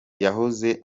yahoze